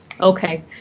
Okay